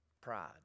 pride